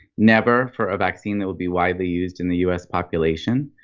never for a vaccine that would be widely used in the us population.